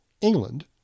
England